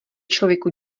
člověku